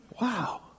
Wow